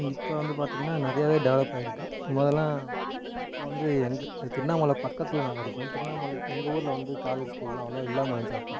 இப்போ வந்து பார்த்தீங்கன்னா நிறையாவே டெவலப் ஆகிருக்கு முதலாம் இப்போ வந்து எங்கள் திருவண்ணாமலை பக்கத்தில் நாங்கள் இருக்கோம் திருவண்ணாமலை எங்கள் ஊரில் வந்து காலேஜ் ஸ்கூல்லாம் அவ்வளோவா இல்லாமல் இருந்துச்சு அப்போ